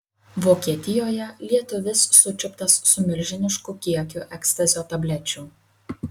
vokietijoje lietuvis sučiuptas su milžinišku kiekiu ekstazio tablečių